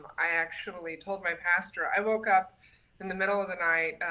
i actually told my pastor, i woke up in the middle of the night,